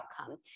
outcome